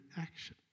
action